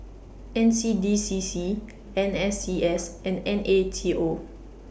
N C D C C N S C S and N A T O